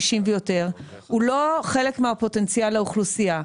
50 ויותר הוא לא חלק מהפוטנציאל האוכלוסייה,